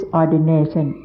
ordination